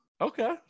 Okay